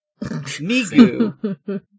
Migu